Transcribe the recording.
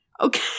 okay